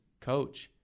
Coach